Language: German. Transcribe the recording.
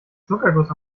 zuckerguss